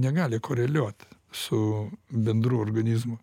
negali koreliuot su bendru organizmu